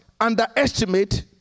underestimate